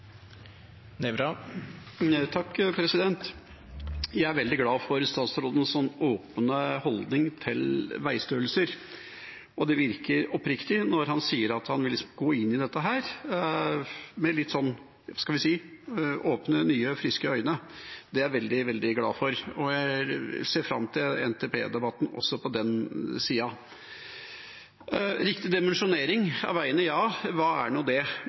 Jeg er veldig glad for statsrådens åpne holdning til veistørrelser, og det virker oppriktig når han sier at han vil gå inn i dette med – skal vi si – åpne, nye og friske øyne. Det er jeg veldig, veldig glad for, og jeg ser fram til NTP-debatten også på det området. Riktig dimensjonering av veiene – ja, hva er nå det?